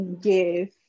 yes